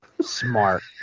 smart